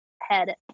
head